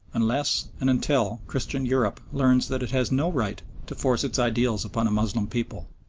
unless and until christian europe learns that it has no right to force its ideals upon a moslem people,